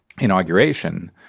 inauguration